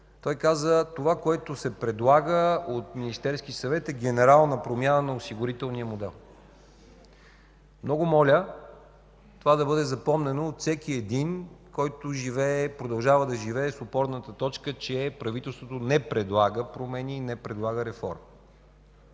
Той каза: „Това, което се предлага от Министерския съвет, е генерална промяна на осигурителния модел”. Много моля това да бъде запомнено от всеки един, който живее и продължава да живее с опорната точка, че правителството не предлага промени и не предлага реформи.